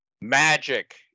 Magic